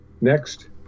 Next